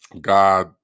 God